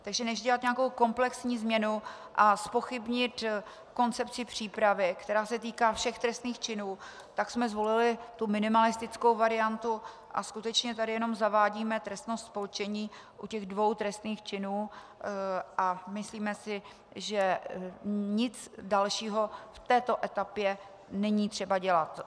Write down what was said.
Takže než dělat nějakou komplexní změnu a zpochybnit koncepci přípravy, která se týká všech trestných činů, tak jsme zvolili minimalistickou variantu a skutečně tady jenom zavádíme trestnost spolčení u těch dvou trestných činů a myslíme si, že nic dalšího v této etapě není třeba dělat.